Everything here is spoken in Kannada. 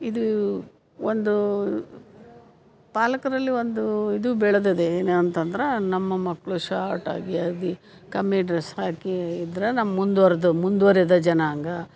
ಇದೂ ಒಂದು ಪಾಲಕರಲ್ಲಿ ಒಂದು ಇದು ಬೆಳೆದಿದೆ ಏನಂತಂದ್ರೆ ನಮ್ಮ ಮಕ್ಕಳು ಶಾರ್ಟ್ ಆಗಿ ಅದು ಕಮ್ಮಿ ಡ್ರಸ್ ಹಾಕಿ ಇದ್ದರೆ ನಮ್ಮ ಮುಂದ್ವರ್ದು ಮುಂದುವರೆದ ಜನಾಂಗ